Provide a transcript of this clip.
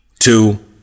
Two